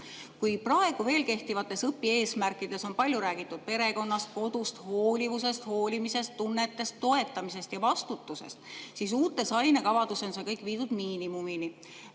Kui praegu veel kehtivates õpieesmärkides on palju räägitud perekonnast, kodust, hoolivusest, hoolimisest, tunnetest, toetamisest ja vastutusest, siis uutes ainekavades on see kõik viidud miinimumini.